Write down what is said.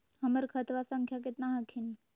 हमर खतवा संख्या केतना हखिन?